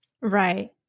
Right